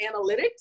analytics